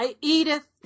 Edith